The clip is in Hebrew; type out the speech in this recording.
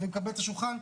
ומקבל את השולחן,